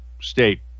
state